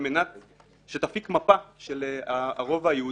על מנת שתפיק מפה של הרובע היהודי.